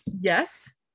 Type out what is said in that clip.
Yes